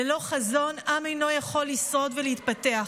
ללא חזון עם אינו יכול לשרוד ולהתפתח.